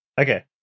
Okay